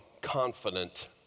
confident